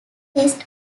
test